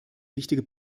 wichtige